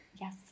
Yes